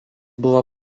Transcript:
buvo